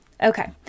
Okay